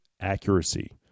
accuracy